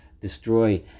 destroy